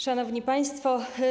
Szanowni Państwo!